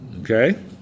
Okay